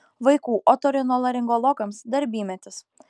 vaikų otorinolaringologams darbymetis